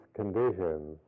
conditions